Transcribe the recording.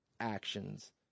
actions